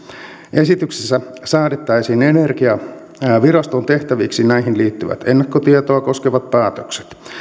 esityksessä säädettäisiin energiaviraston tehtäviksi näihin liittyvät ennakkotietoa koskevat päätökset